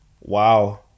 Wow